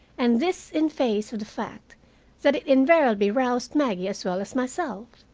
and this in face of the fact that it invariably roused maggie as well as myself.